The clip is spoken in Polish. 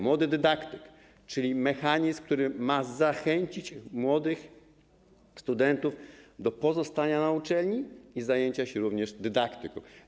Młody dydaktyk - czyli mechanizm, który ma zachęcić młodych studentów do pozostania na uczelni i zajęcia się również dydaktyką.